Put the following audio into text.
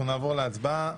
אנחנו נעבור להצבעה.